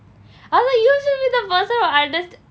I thought you should be the person who understand